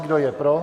Kdo je pro?